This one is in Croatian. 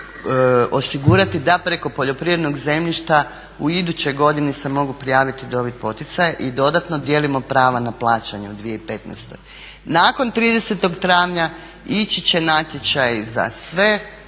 osigurati da preko poljoprivrednog zemljišta u idućoj godini se mogu prijavit i dobit poticaje i dodatno dijelimo prava na plaćanje u 2015. Nakon 30. travnja ići će natječaj za sve